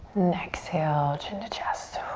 exhale, chin to chest.